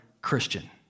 Christian